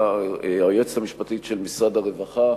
היועצת המשפטית של משרד הרווחה,